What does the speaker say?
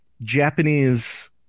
Japanese